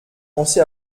pensé